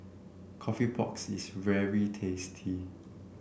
coffee pork's is very tasty